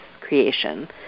creation